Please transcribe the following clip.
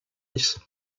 nice